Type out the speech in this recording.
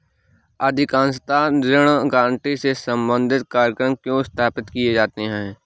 अधिकांशतः ऋण गारंटी से संबंधित कार्यक्रम क्यों स्थापित किए जाते हैं?